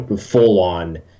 full-on